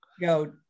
go